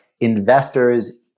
investors